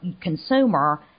consumer